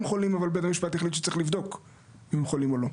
חולים אבל בית המשפט החליט שצריך לבדוק אם הם חולים או לא.